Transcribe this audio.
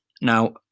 now